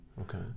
Okay